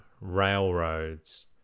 railroads